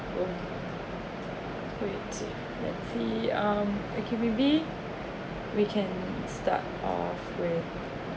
oh wait let's see um okay maybe we can start off with